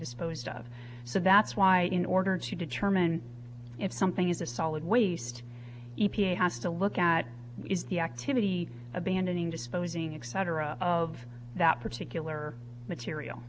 disposed of so that's why in order to determine if something is a solid waste e p a has to look at is the activity abandoning disposing exciter of that particular material